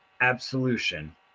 absolution